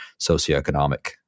socioeconomic